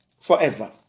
forever